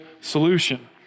Solution